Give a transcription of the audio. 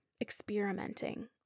experimenting